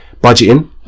budgeting